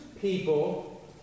People